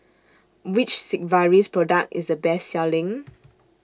Which Sigvaris Product IS The Best Selling